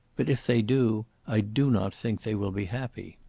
but if they do, i do not think they will be happy.